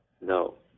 No